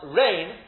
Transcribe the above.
rain